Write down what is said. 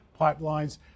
pipelines